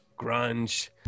grunge